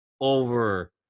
over